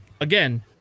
Again